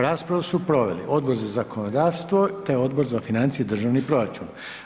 Raspravu su proveli Odbor za zakonodavstvo, te Odbor za financije i državni proračun.